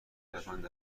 قدرتمند